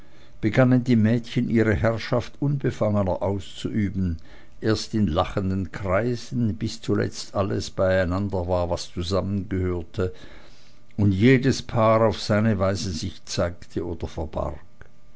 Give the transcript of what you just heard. begannen die mädchen ihre herrschaft unbefangener auszuüben erst in lachenden kreisen bis zuletzt alles beieinander war was zusammengehörte und jedes paar auf seine weise sich zeigte oder